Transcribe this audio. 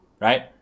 right